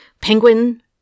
Penguin